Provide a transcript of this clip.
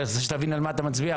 שרק תבין על מה אתה מצביע.